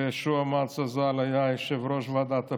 ויהושע מצא ז"ל היה יושב-ראש ועדת הפנים,